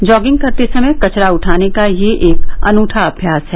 jogging करते समय कचरा उठाने का यह एक अनुठा अभ्यास है